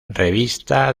revista